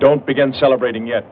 don't begin celebrating yet